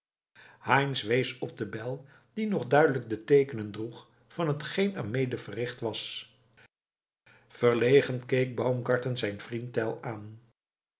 heinz wees op de bijl die nog duidelijk de teekenen droeg van hetgeen er mede verricht was verlegen keek baumgarten zijn vriend tell aan